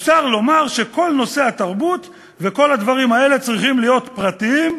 אפשר לומר שכל נושא התרבות וכל הדברים האלה צריכים להיות פרטיים,